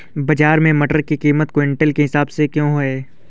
बाजार में मटर की कीमत क्विंटल के हिसाब से क्यो है?